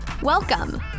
Welcome